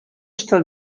está